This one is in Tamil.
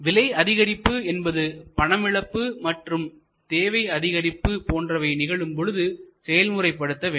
விலை அதிகரிப்பு என்பது பணமதிப்பிழப்பு மற்றும் தேவை அதிகரிப்பு போன்றவை நிகழும் பொழுது செயல்முறைப்படுத்த வேண்டும்